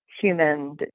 human